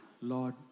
Lord